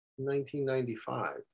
1995